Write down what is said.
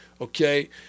okay